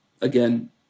Again